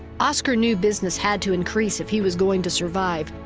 oscar knew business had to increase if he was going to survive,